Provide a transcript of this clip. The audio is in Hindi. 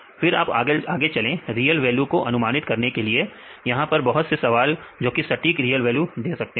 फिर आप आगे चलें रियल वैल्यू को अनुमानित करने के लिए यहां पर बहुत से सवाल है जोकि सटीक रियल वैल्यू दे सकते हैं